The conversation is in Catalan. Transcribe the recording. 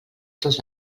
dos